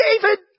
David